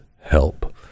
help